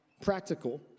practical